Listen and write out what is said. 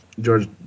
George